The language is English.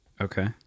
okay